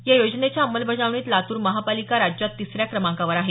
या योजनेच्या अंमलबजावणीत लातूर महापालिका राज्यात तिसऱ्या क्रमांकावर आहे